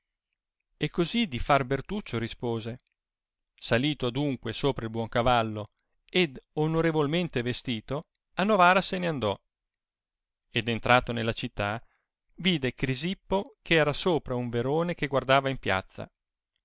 e così di far bertuccio rispose salito adunque sopra il buon cavallo ed onorevolmente vestito a novara se n andò ed entrato nella città vide crisippo che era sopra un verone che guardava in piazza